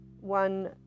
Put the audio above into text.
one